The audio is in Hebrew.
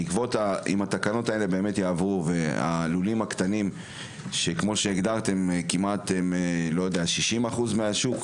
שאם התקנות האלו יעברו והלולים הקטנים שכמו שהגדרתם הם כמעט 60% מהשוק,